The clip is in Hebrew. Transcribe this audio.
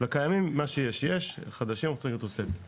לקיימים, מה שיש יש ולחדשים נצטרך תוספת.